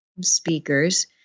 speakers